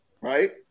Right